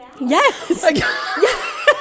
Yes